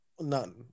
None